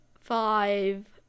five